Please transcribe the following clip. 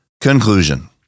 Conclusion